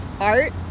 Art